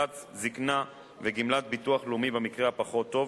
זיקנה וגמלת ביטוח לאומי במקרה הפחות-טוב,